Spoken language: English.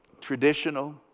traditional